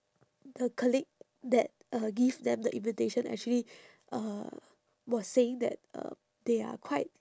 the colleague that uh give them the invitation actually uh was saying that uh they are quite